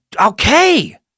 Okay